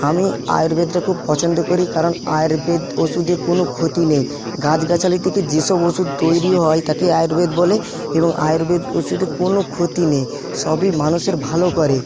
আমি আয়ুর্বেদটা খুব পছন্দ করি কারণ আয়ুর্বেদ ওষুধে কোনো ক্ষতি নেই গাছগাছালি থেকে যে সব ওষুধ তৈরি হয় তাকে আয়ুর্বেদ বলে এবং আয়ুর্বেদ ওষুধে কোনো ক্ষতি নেই সবই মানুষের ভালো করে